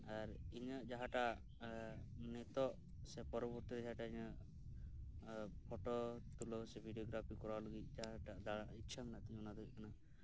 ᱟᱨ ᱤᱧᱟᱹᱜ ᱡᱟᱦᱟᱸᱴᱟᱜ ᱱᱤᱛᱚᱜ ᱥᱮ ᱯᱚᱨᱚᱵᱚᱨᱛᱤ ᱡᱟᱦᱟᱸᱴᱟᱜ ᱤᱧᱟᱹᱜ ᱯᱷᱳᱴᱳ ᱛᱩᱞᱟᱹᱣ ᱥᱮ ᱵᱷᱤᱰᱭᱳ ᱜᱽᱨᱟᱯᱷᱤ ᱠᱚᱨᱟᱣ ᱞᱟᱹᱜᱤᱫ ᱡᱟᱦᱟᱸᱴᱟᱜ ᱫᱟᱬᱟ ᱤᱪᱪᱷᱟᱹ ᱢᱮᱱᱟᱜ ᱛᱤᱧᱟᱹ ᱚᱱᱟ ᱫᱚ ᱦᱩᱭᱩᱜ ᱠᱟᱱᱟ